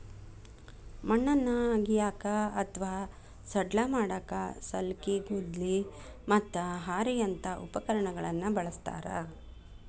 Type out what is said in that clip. ಮಣ್ಣನ್ನ ಅಗಿಯಾಕ ಅತ್ವಾ ಸಡ್ಲ ಮಾಡಾಕ ಸಲ್ಕಿ, ಗುದ್ಲಿ, ಮತ್ತ ಹಾರಿಯಂತ ಉಪಕರಣಗಳನ್ನ ಬಳಸ್ತಾರ